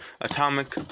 atomic